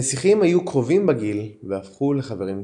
הנסיכים היו קרובים בגיל והפכו לחברים קרובים.